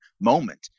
moment